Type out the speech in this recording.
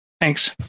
Thanks